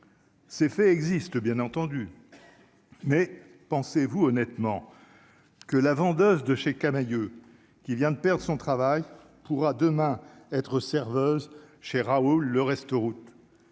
Ces faits existe, bien entendu, mais pensez-vous honnêtement que la vendeuse de chez Camaïeu, qui vient de perdre son travail pourra demain être serveuse chez Raoul le resto route